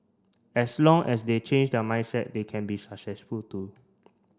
as long as they change their mindset they can be successful too